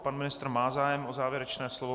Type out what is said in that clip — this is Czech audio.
Pan ministr má zájem o závěrečné slovo.